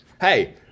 Hey